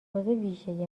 ویژه